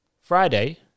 Friday